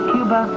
Cuba